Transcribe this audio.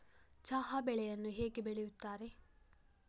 ಚಹಾ ಬೆಳೆಯನ್ನು ಹೇಗೆ ಬೆಳೆಯುತ್ತಾರೆ?